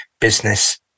business